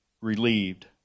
relieved